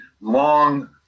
long